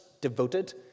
devoted